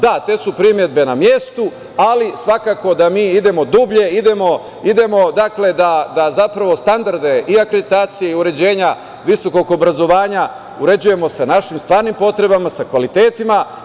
Da, te su primedbe na mestu ali svakako da mi idemo dublje, dakle, idemo da, zapravo, standarde i akreditacije i uređenja visokog obrazovanja uređujemo sa našim stvarnim potrebama, sa kvalitetima.